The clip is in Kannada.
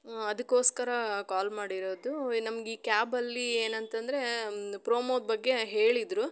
ಅದಕ್ಕೋಸ್ಕರ ಕಾಲ್ ಮಾಡಿರೋದು ನಮ್ಗೆ ಈ ಕ್ಯಾಬಲ್ಲಿ ಏನಂತಂದರೆ ಒಂದು ಪ್ರೊಮೋದ ಬಗ್ಗೆ ಹೇಳಿದರು